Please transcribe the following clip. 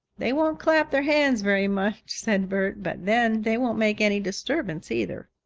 they won't clap their hands very much, said bert. but then they won't make any disturbance either.